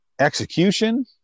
execution